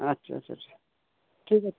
আচ্ছা আচ্ছা আচ্ছা ঠিক আছে